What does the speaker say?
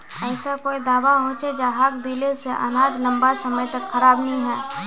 ऐसा कोई दाबा होचे जहाक दिले से अनाज लंबा समय तक खराब नी है?